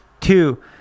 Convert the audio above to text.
two